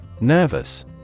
Nervous